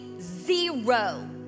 zero